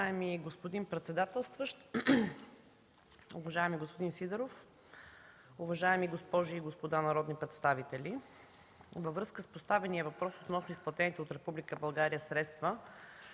Във връзка с поставения въпрос относно изплатените от Република